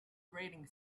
grating